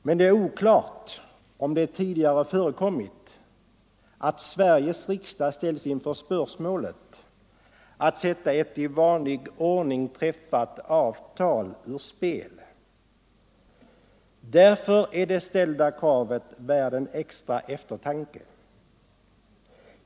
Men det är oklart om det tidigare förekommit att Sveriges riksdag ställts inför spörsmålet att sätta ett i vanlig ordning träffat avtal ur spel. Därför är det ställda kravet värt en extra eftertanke.